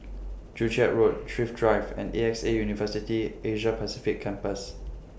Joo Chiat Road Thrift Drive and A X A University Asia Pacific Campus